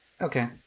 okay